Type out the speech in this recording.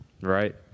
Right